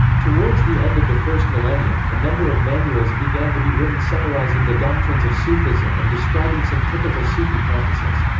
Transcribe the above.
towards the end of the first millennium, a number of manuals began to be written summarizing the doctrines of sufism and describing some typical sufi practices.